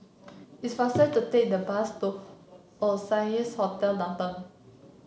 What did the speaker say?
it's faster to take the bus to Oasia Hotel Downtown